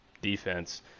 defense